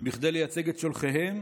כדי לייצג את שולחיהם